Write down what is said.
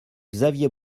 xavier